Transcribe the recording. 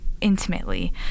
intimately